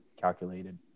calculated